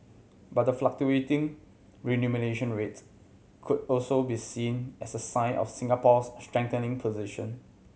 but the fluctuating remuneration rates could also be seen as a sign of Singapore's strengthening position